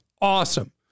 awesome